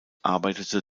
arbeitete